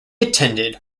attended